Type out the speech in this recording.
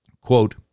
Quote